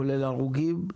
כולל הרוגים,